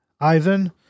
Ivan